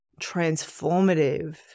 transformative